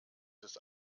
des